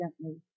gently